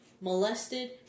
molested